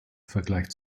vergleich